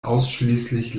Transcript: ausschließlich